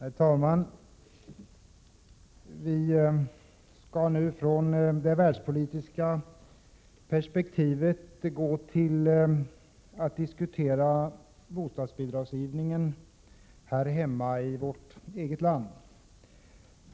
Herr talman! Vi skall nu från det världspolitiska perspektivet gå till att diskutera bostadsbidragsgivningen här hemma i vårt eget land.